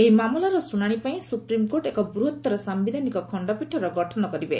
ଏହି ମାମଲାର ଶୁଣାଣି ପାଇଁ ସୁପ୍ରିମ୍କୋର୍ଟ ଏକ ବୃହତ୍ତର ସାୟିଧାନିକ ଖଣ୍ଡପୀଠର ଗଠନ କରିବେ